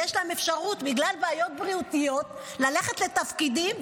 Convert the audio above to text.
ובגלל בעיות בריאותיות יש להם אפשרות ללכת לתפקידים,